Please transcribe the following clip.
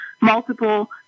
multiple